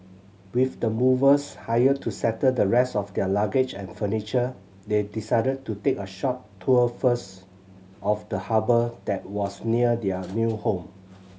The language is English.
with the movers hired to settle the rest of their luggage and furniture they decided to take a short tour first of the harbour that was near their new home